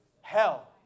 hell